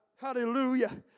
Hallelujah